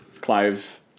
Clive